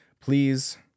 Please